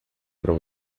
para